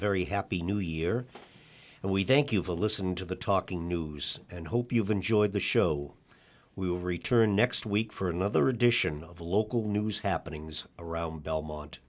very happy new year and we thank you for listening to the talking news and hope you've enjoyed the show we will return next week for another edition of local news happenings around belmont